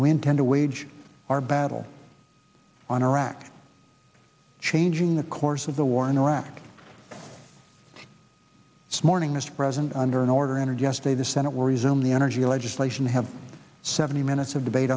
intend to wage our battle on iraq changing the course of the war in iraq it's morning us present under an order entered yesterday the senate will resume the energy legislation have seventy minutes of debate